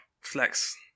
Flex